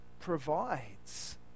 provides